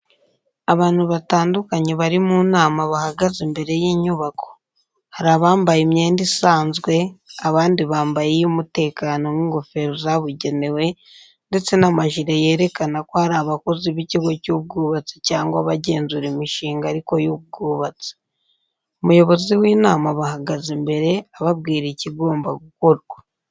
Abantu batandukanye bari mu nama bahagaze imbere y'inyubako. Hari abambaye imyenda isanzwe, abandi bambaye iy’umutekano nk’ingofero zabugenewe ndetse n’amajire yerekana ko ari abakozi b’ikigo cy’ubwubatsi cyangwa abagenzura imishinga ariko y'ubwubatsi. Umuyobozi w'inama abahagaze imbere ababwira ikigomba gukorwa.